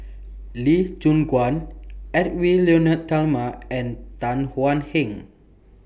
Lee Choon Guan Edwy Lyonet Talma and Tan Thuan Heng